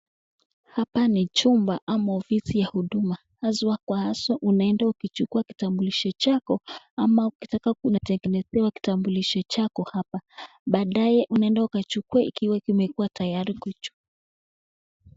Hapa ni chumba ama ofisi ya huduma haswa kwa haswa unaenda ukichukua kitambulisho chako ama ukitaka unatengezewa kitambulisho chako hapa, baadae unaenda ukachukue ikiwa kimekua tayari kuchu.